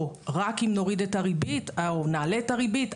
או רק אם נוריד את הריבית או נעלה את הריבית,